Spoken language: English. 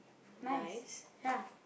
nice ya